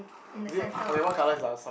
in the center of it